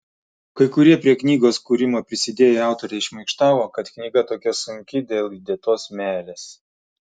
kai kurie prie knygos kūrimo prisidėję autoriai šmaikštavo kad knyga tokia sunki dėl įdėtos meilės